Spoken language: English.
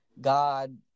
God